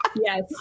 Yes